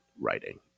writing